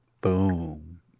Boom